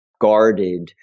guarded